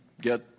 get